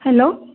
hello